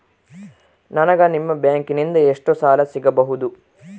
ನನಗ ನಿಮ್ಮ ಬ್ಯಾಂಕಿನಿಂದ ಎಷ್ಟು ಸಾಲ ಸಿಗಬಹುದು?